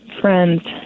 friends